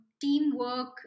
teamwork